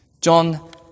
John